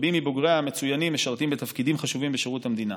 שרבים מבוגריה המצוינים משרתים בתפקידים חשובים בשירות המדינה.